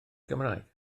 gymraeg